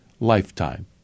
lifetime